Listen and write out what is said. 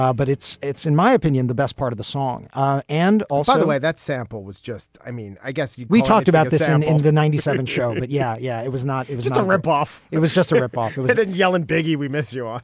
ah but it's it's, in my opinion, the best part of the song and also the way that sample was just i mean, i guess we talked about this sound in the ninety seven show, but. yeah. yeah, it was not. it was it's a rip off. it was just a rip off. it was the jelen biggie. we miss you ah